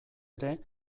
ere